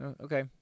Okay